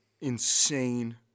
insane